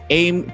aim